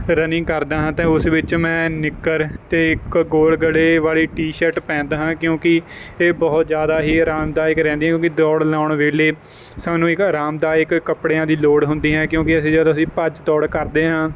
running ਕਰਦਾ ਹਾਂ ਤੇ ਉਸ ਵਿੱਚ ਮੈਂ ਨਿੱਕਰ ਤੇ ਇੱਕ ਗੋਲ ਗਲੇ ਵਾਲੀ ਟੀ ਸ਼ਰਟ ਪਹਿਨਦਾ ਹਾਂ ਕਿਉਂਕੀ ਇਹ ਬਹੁਤ ਜ਼ਿਆਦਾ ਹੀ ਆਰਾਮਦਾਇਕ ਰਹਿੰਦੀ ਹੁੰਦੀ ਦੌੜ ਲਾਉਣ ਵੇਲੇ ਸਾਨੂੰ ਇੱਕ ਆਰਾਮਦਾਇਕ ਕੱਪੜਿਆਂ ਦੀ ਲੋੜ ਹੁੰਦੀ ਹੈ ਕਿਉਂਕੀ ਅਸੀਂ ਜਦੋਂ ਅਸੀਂ ਭੱਜ ਦੌੜ ਕਰਦੇ ਹਾਂ